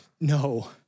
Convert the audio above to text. no